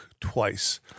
twice